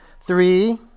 Three